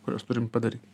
kuriuos turim padaryt